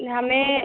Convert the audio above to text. यह हमें